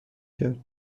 کرد